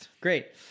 Great